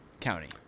County